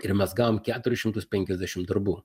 ir mes gavom keturis šimtus penkiasdešimt darbų